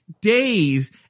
days